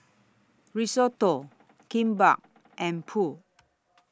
Risotto Kimbap and Pho